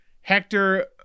Hector